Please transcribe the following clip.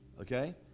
Okay